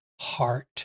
heart